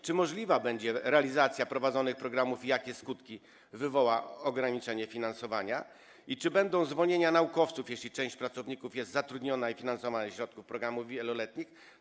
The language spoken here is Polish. Czy możliwa będzie realizacja prowadzonych programów i jakie skutki wywoła ograniczenie finansowania, i czy będą zwolnienia naukowców, jeśli część pracowników jest zatrudniona i finansowana ze środków programów wieloletnich?